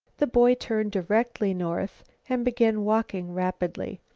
the boy turned directly north and began walking rapidly.